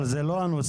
אבל זה לא הנושא.